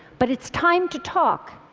but it's time to talk.